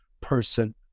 person